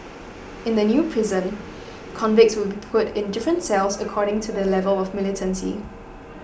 in the new prison convicts will be put in different cells according to their level of militancy